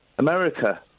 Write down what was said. America